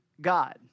God